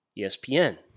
ESPN